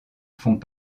font